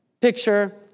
picture